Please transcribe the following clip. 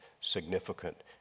significant